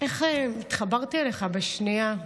איך התחברתי אליך בשנייה: